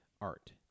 art